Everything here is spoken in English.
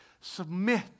submit